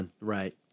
right